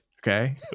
okay